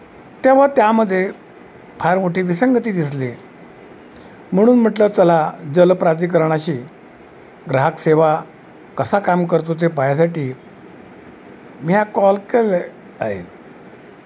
तेव्हा त्यामध्ये फार मोठी विसंगती दिसली म्हणून म्हटलं चला जल प्राधिकरणाशी ग्राहक सेवा कसा काम करतो ते पाहण्यासाठी मी हा कॉल केलं आहे